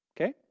Okay